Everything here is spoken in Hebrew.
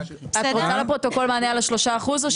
את רוצה לפרוטוקול מענה על 3%?